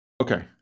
Okay